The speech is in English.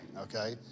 okay